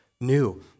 new